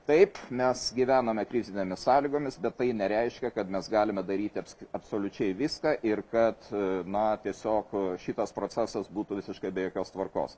taip mes gyvename krizinėmis sąlygomis bet tai nereiškia kad mes galime daryti absoliučiai viską ir kad na tiesiog šitas procesas būtų visiškai be jokios tvarkos